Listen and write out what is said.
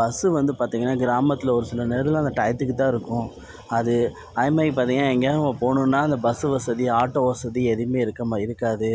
bus வந்து பார்த்திங்கனா கிராமத்தில் ஒரு சில நேரத்தில் அந்த டைத்துக்கு தான் இருக்கும் அது அதுமாரி பார்த்திங்கனா எங்கேயாவது நம்ம போகனும்னா அந்த பஸ் வசதி ஆட்டோ வசதி எதுவும் இருக்க மா இருக்காது